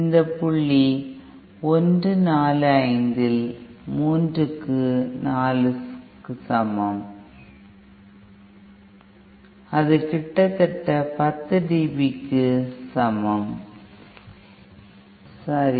இது புள்ளி 1 4 5 இல் 3 க்கு 4 க்கு சமம் அது கிட்டத்தட்ட 10 dB க்கு சமம் சரி